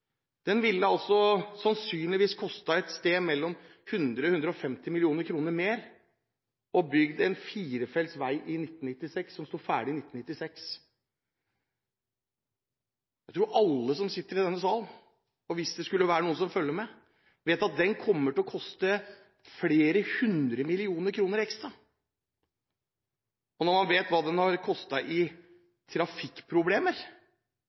ville sannsynligvis kostet et sted mellom 100 og 150 millioner kroner mer om man bygde en firefeltsvei som sto ferdig i 1996. Jeg tror alle som sitter i denne salen – hvis det skulle være noen som følger med – vet at den kommer til å koste flere 100 millioner kroner ekstra. Når man vet hva den har